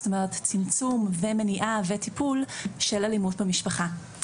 זאת אומרת צמצום ומניעה וטיפול של אלימות במשפחה.